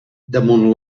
damunt